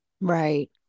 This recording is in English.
Right